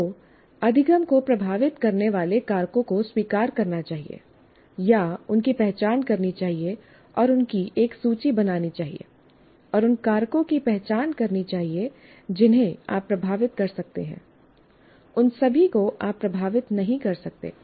आपको अधिगम को प्रभावित करने वाले कारकों को स्वीकार करना चाहिए या उनकी पहचान करनी चाहिए और उनकी एक सूची बनानी चाहिए और उन कारकों की पहचान करनी चाहिए जिन्हें आप प्रभावित कर सकते हैं उन सभी को आप प्रभावित नहीं कर सकते